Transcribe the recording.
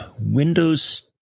Windows